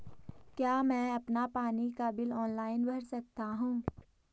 क्या मैं अपना पानी का बिल ऑनलाइन भर सकता हूँ?